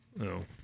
No